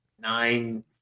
nine